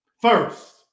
first